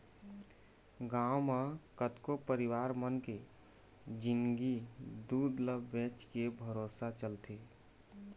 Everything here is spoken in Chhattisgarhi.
गांव म कतको परिवार मन के जिंनगी दूद ल बेचके भरोसा चलथे